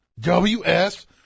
WS